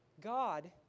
God